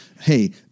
hey